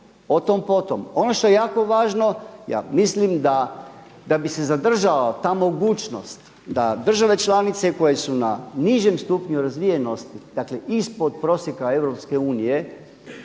Otom potom. Ono što je jako važno, ja mislim da bi se zadržala ta mogućnost da države članice koje su na nižem stupnju razvijenosti, dakle ispod prosjeka EU